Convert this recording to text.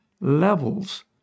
levels